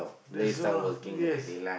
that's all lah yes